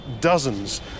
dozens